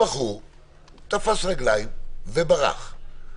הבחור תפס רגליים וברח.